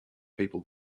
people